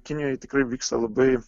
kinijoj tikrai vyksta labai